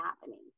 happening